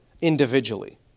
individually